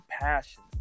passion